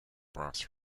brass